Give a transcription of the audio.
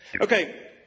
Okay